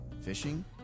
fishing